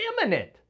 Imminent